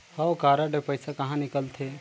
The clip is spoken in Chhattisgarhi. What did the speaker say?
हव कारड ले पइसा कहा निकलथे?